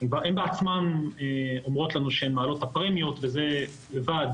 הן בעצמן אומרות לנו שהן מעלות את הפרמיות וזה לבד